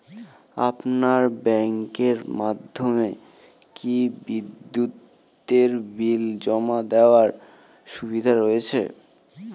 আপনার ব্যাংকের মাধ্যমে কি বিদ্যুতের বিল জমা দেওয়ার সুবিধা রয়েছে?